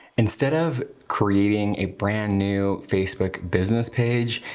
instead of creating a brand new facebook business page,